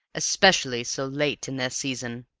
especially so late in their season.